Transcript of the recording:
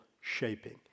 shaping